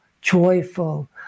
joyful